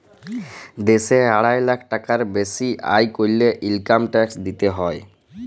দ্যাশে আড়াই লাখ টাকার বেসি আয় ক্যরলে ইলকাম ট্যাক্স দিতে হ্যয়